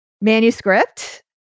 manuscript